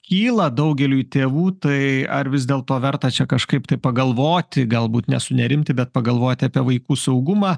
kyla daugeliui tėvų tai ar vis dėlto verta čia kažkaip tai pagalvoti galbūt ne sunerimti bet pagalvoti apie vaikų saugumą